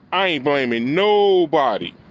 i ain't blaming nobody